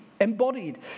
embodied